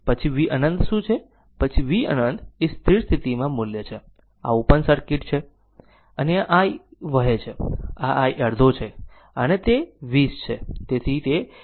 પછી v અનંત શું છે પછી v અનંત તે સ્થિર સ્થિતિ માં મૂલ્ય છે આ ઓપન સર્કિટ છે આ I વહે છે આ i અડધો છે અને તે 20 છે